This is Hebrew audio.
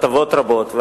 רבות,